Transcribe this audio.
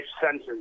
sentence